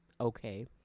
okay